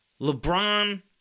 LeBron